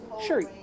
Sure